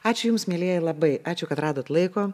ačiū jums mielieji labai ačiū kad radot laiko